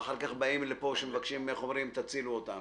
ואחר כך באים ומבקשים - תצילו אותנו.